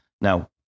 Now